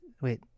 wait